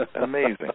Amazing